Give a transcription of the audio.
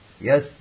Yes